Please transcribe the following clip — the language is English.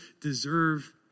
deserve